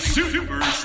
Super